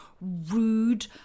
rude